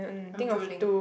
I'm drooling